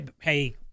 hey